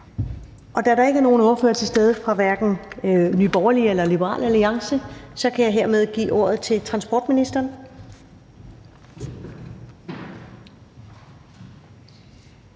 Da der ikke er nogen ordførere til stede fra hverken Nye Borgerlige eller Liberal Alliance, kan jeg hermed give ordet til transportministeren